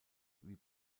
wie